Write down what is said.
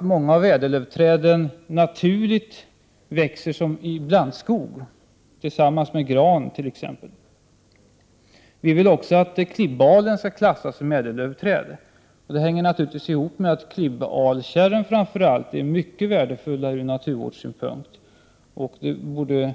Många av ädellövträden växer ju naturligt i blandskog tillsammans med t.ex. gran. Vidare vill vi att klibbalen skall klassas som ett ädellövträd. Det beror naturligtvis på att framför allt klibbalkärren är mycket värdefulla ur naturvårdssynpunkt. Klibbalen borde